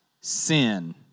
sin